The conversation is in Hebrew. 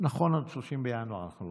אבל אני כן ציינתי